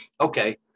Okay